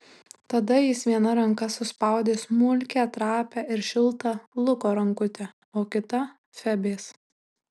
tada jis viena ranka suspaudė smulkią trapią ir šiltą luko rankutę o kita febės